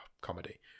comedy